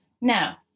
Now